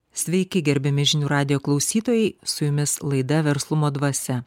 sveiki gerbiami žinių radijo klausytojai su jumis laida verslumo dvasia